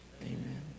Amen